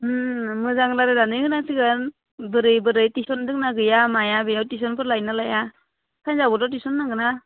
ओम मोजां रायलायनानै होनांसिगोन बोरै बोरै टिउसन दंना गैया माया बैयाव टिउसनफोर लायो ना लाया साइन्सावबोथ' टिउसन होनांगोन्ना